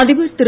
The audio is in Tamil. அதிபர் திரு